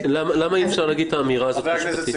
למה אי אפשר להגיד את האמירה הזאת משפטית?